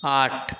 আট